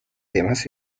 demás